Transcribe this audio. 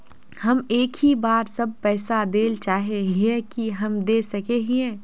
हम एक ही बार सब पैसा देल चाहे हिये की हम दे सके हीये?